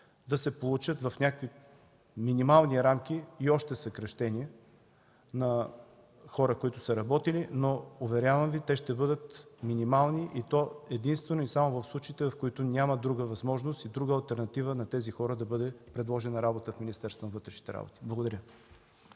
да се получат в някакви минимални рамки и още съкращения на хора, които са работили. Уверявам Ви, че те ще бъдат минимални, и то единствено и само в случаите, когато няма друга възможност и алтернатива на тези хора да бъде предложена работа в Министерството